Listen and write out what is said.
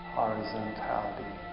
horizontality